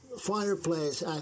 fireplace